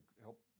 help